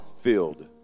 filled